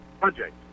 project